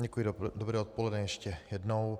Děkuji, dobré odpoledne ještě jednou.